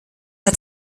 hat